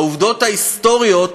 העובדות ההיסטוריות